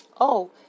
Oh